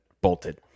bolted